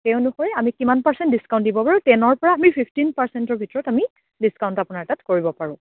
সেই অনুসৰি আমি কিমান পাৰ্চেণ্ট ডিছাকাউণ্ট দিব পাৰো টেনৰ পৰা আমি ফিফটিন পাৰ্চেণ্টৰ ভিতৰত আমি ডিছকাউণ্টটো আপোনাৰ তাত কৰিব পাৰো